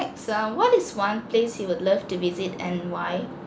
ah what is one place you would love to visit and why